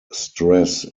stress